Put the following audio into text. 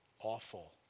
awful